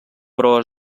però